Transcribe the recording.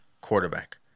quarterback